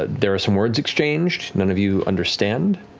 ah there are some words exchanged none of you understand.